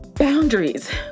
boundaries